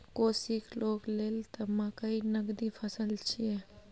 कोशीक लोग लेल त मकई नगदी फसल छियै